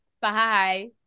Bye